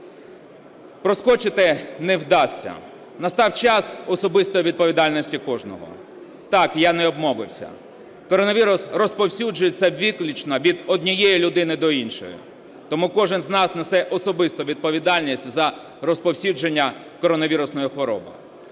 Проскочити не вдасться, настав час особистої відповідальності кожного. Так, я не обмовився. Коронавірус розповсюджується виключно від однієї людини до іншої, тому кожен з нас несе особисту відповідальність за розповсюдження коронавірусної хвороби.